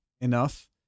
enough